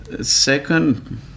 Second